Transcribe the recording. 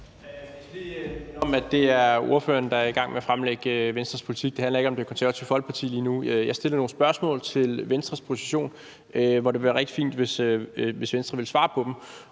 mig lige minde om, at det er ordføreren, der er i gang med at fremlægge Venstres politik. Det handler ikke om Det Konservative Folkeparti lige nu. Jeg stillede nogle spørgsmål til Venstres position, og det ville være rigtig fint, hvis Venstre ville svare på dem.